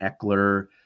Eckler